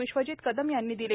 विश्वजीत कदम यांनी दिले